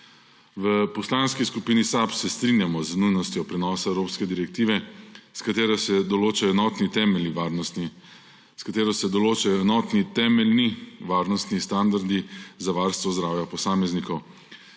V Poslanski skupini SAB se strinjamo z nujnostjo prenosa evropske direktive, s katero se določajo enotni temeljni varnostni standardi za varstvo zdravja posameznikov,